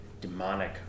demonic